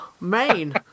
Main